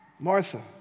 Martha